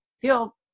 feel